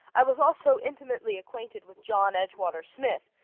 i was also intimately acquainted with john edgewater smith,